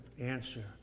answer